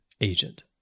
agent